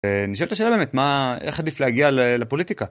אני שואל את השאלה באמת מה.. איך עדיף להגיע לפוליטיקה?